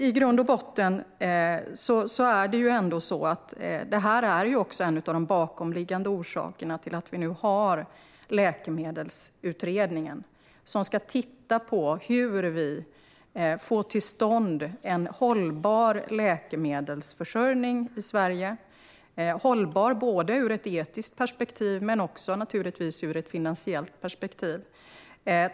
I grund och botten är detta en av de bakomliggande orsakerna till att vi nu har tillsatt Läkemedelsutredningen, som ska titta på hur vi får till stånd en hållbar läkemedelsförsörjning i Sverige, både ur ett etiskt perspektiv och, naturligtvis, ur ett finansiellt perspektiv.